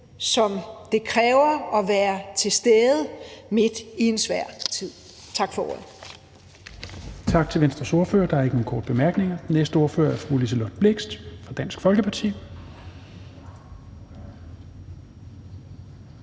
som det kræver at være til stede midt i en svær tid. Tak for ordet.